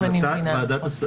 אם אני מבינה נכון.